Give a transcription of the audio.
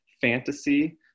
fantasy